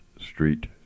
Street